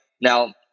Now